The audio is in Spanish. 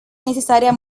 necesaria